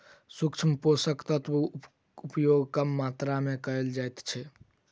सूक्ष्म पोषक तत्वक उपयोग कम मात्रा मे कयल जाइत छै